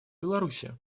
беларуси